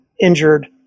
injured